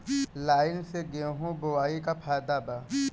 Line से गेहूं बोआई के का फायदा बा?